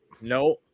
no